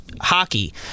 hockey